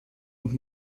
und